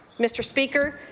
mr. speaker,